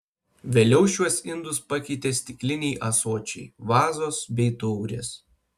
vėliau šiuos indus pakeitė stikliniai ąsočiai vazos bei taurės